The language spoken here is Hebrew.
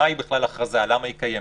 מהי בכלל הכרזה ולמה היא קיימת.